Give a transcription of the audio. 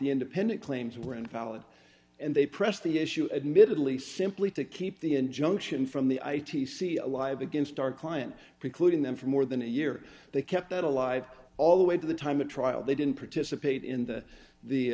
the independent claims were invalid and they pressed the issue admittedly simply to keep the injunction from the i t c alive against our client precluding them for more than a year they kept that alive all the way to the time of trial they didn't participate in the the